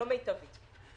לא מיטבית.